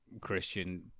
Christian